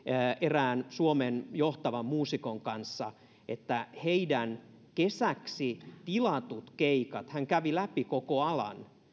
erään suomen johtavan muusikon kanssa että heidän kesäksi tilattujen keikkojensa hän kävi läpi koko alan